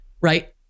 right